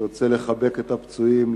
אני רוצה לחבק את הפצועים,